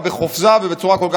חג אורים שמח.